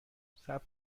صبر